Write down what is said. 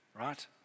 right